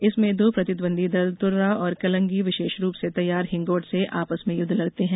इसमें दो प्रतिद्वंदी दल तुर्रा और कलंगी विशेष रूप से तैयार हिंगोट से आपस में युद्ध लड़ते हैं